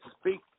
speak